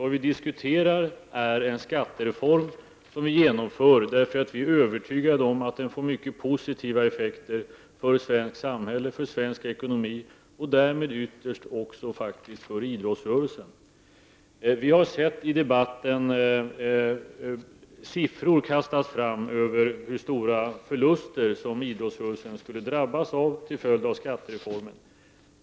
Vad som diskuteras är en skattereform som vi genomför därför att vi är övertygade om att den får mycket positiva effekter för det svenska samhället, för svensk ekonomi och därmed faktiskt också ytterst för idrottsrörelsen. Vi har erfarit i debatten hur siffror kastas fram över hur stora förluster som idrottsrörelsen skulle drabbas av till följd av skattereformen.